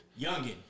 Youngin